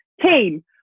team